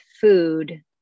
food